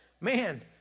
man